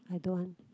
I don't want